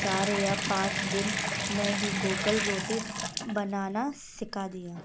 चार या पाँच दिन मैं ही गोल रोटी बनाना सीख दिया